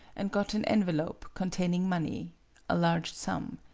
and got an envelop containing money a large sum.